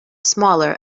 smaller